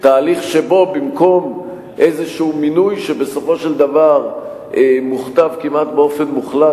תהליך שבו במקום מינוי כלשהו שבסופו של דבר מוכתב כמעט באופן מוחלט